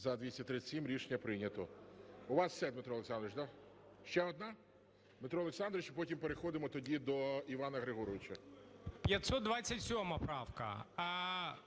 За-237 Рішення прийнято. У вас все, Дмитро Олександрович, да? Ще одна? Дмитро Олександрович, а потім переходимо тоді до Івана Григоровича.